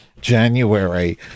January